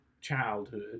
childhood